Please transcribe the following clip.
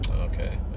okay